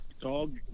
dog